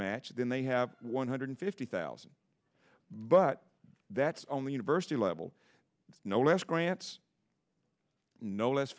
match then they have one hundred fifty thousand but that's on the university level no less grants no less